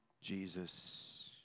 Jesus